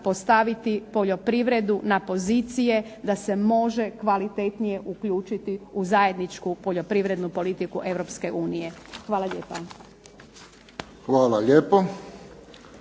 postaviti poljoprivredu na pozicije da se može kvalitetnije uključiti u zajedničku poljoprivrednu politiku Europske unije.